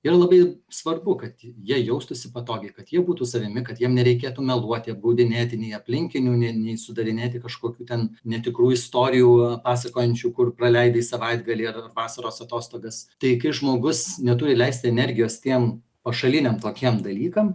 yra labai svarbu kad jie jaustųsi patogiai kad jie būtų savimi kad jiem nereikėtų meluoti apgaudinėti nei aplinkinių nei nei sudarinėti kažkokių ten netikrų istorijų pasakojančių kur praleidai savaitgalį ar vasaros atostogas tai kai žmogus neturi leist energijos tiem pašaliniam tokiem dalykam